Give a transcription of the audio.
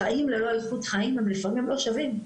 חיים ללא איכות חיים הם לפעמים לא שווים,